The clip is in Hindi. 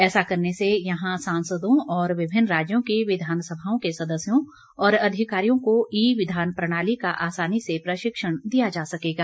ऐसा करने से यहां सांसदों और विभिन्न राज्यों की विधानसभाओं के सदस्यों और अधिकारियों को ई विधान प्रणाली का आसानी से प्रशिक्षण दिया जा सकेगा